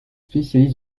spécialiste